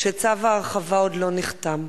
וצו ההרחבה עוד לא נחתם.